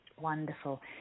Wonderful